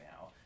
now